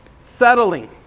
settling